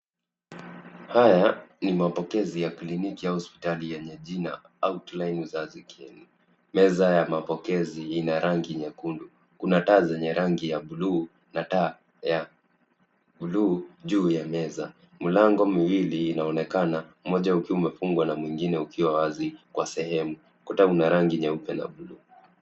Haya ni mapokezi ya kliniki ya hospitali yenye jina Outline Uzazi Care . Meza ya mapokezi ina rangi nyekundu, kuna taa zenye rangi ya blue na taa ya blue juu ya meza. Mlango miwili inaonekana, moja ukiwa umefungwa na mwingine ukiwa wazi kwa sehemu. Ukuta una rangi nyeupe na blue .